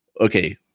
Okay